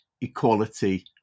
equality